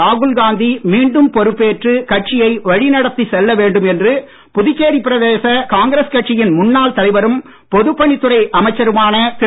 ராகுல்காந்தி மீண்டும் பொறுப்பேற்று கட்சியை வழி நடத்திச் செல்ல வேண்டும் என்று புதுச்சேரி பிரதேச காங்கிரஸ் கட்சியின் முன்னாள் தலைவரும் பொதுப் பணித் துறை அமைச்சருமான திரு